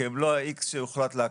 כי הם לא ה-X שהוחלט להקפיץ.